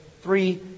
three